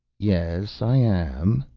yes, i am.